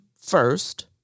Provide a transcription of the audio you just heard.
first